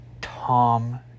Tom